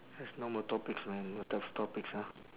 there's no more topics man what type of topics ah